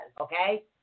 Okay